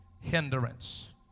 hindrance